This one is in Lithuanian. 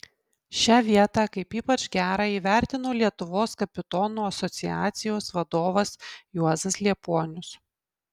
šią vietą kaip ypač gerą įvertino lietuvos kapitonų asociacijos vadovas juozas liepuonius